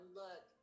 look